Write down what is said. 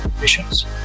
missions